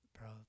bro